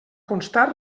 constar